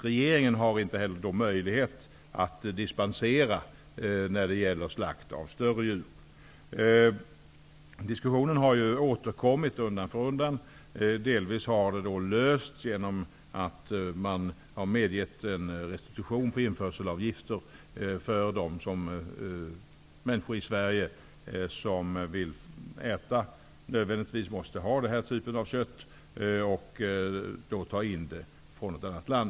Regeringen har då inte möjlighet att ge dispens för slakt av större djur. Diskussionen har återkommit då och då. Problemet har delvis lösts genom att man har medgett en restitution på införselavgifter för de människor i Sverige som nödvändigtvis måste ha den här typen av kött. De kan då ta in det från ett annat land.